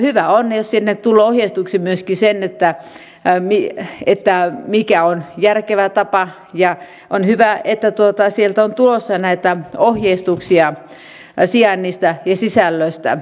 hyvä on jos sinne tulee ohjeistuksiin myöskin se mikä on järkevä tapa ja on hyvä että sieltä on tulossa ohjeistuksia sijainnista ja sisällöstä